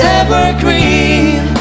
evergreen